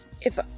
If-